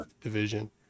division